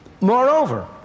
Moreover